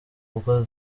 ubwo